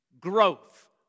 growth